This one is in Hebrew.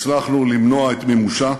הצלחנו למנוע את מימושה.